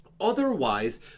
Otherwise